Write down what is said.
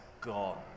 gone